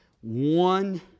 one